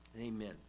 Amen